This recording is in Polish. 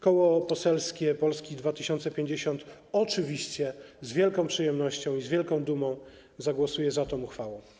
Koło poselskie Polska 2050 z wielką przyjemnością i z wielką dumą zagłosuje za tą uchwałą.